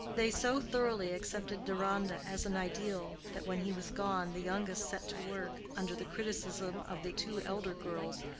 they so thoroughly accepted deronda as an ideal, that when he was gone the youngest set to work, under the criticism of the two elder girls,